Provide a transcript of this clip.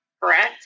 Correct